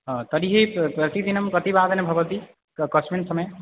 आ तर्हि प्र प्रतिदिनं कति वादने भवति कस्मिन् समये